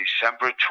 December